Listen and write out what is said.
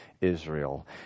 Israel